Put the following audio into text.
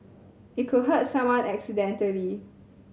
it could hurt someone accidentally